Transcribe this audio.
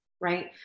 right